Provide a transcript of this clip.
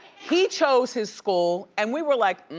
he chose his school and we were like,